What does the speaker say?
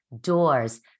doors